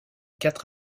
quatre